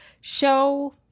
show